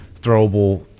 throwable